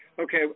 Okay